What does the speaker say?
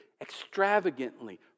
extravagantly